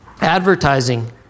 advertising